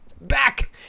back